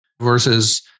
versus